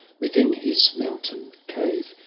within his mountain cave,